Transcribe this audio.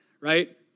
right